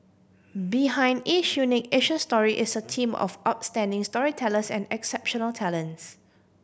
behind each unique Asian story is a team of outstanding storytellers and exceptional talents